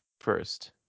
first